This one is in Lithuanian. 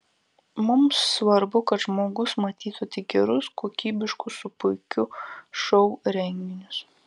mums svarbu kad žmogus matytų tik gerus kokybiškus su puikiu šou renginius